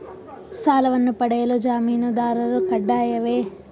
ಸಾಲವನ್ನು ಪಡೆಯಲು ಜಾಮೀನುದಾರರು ಕಡ್ಡಾಯವೇ?